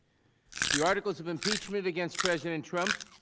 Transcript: the articles of impeachment against president trump